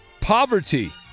Poverty